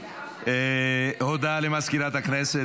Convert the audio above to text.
הודעה לסגנית מזכיר הכנסת.